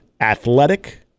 Athletic